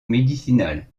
médicinales